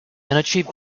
achieve